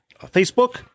Facebook